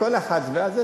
כל אחד ושלו.